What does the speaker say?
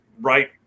right